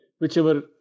whichever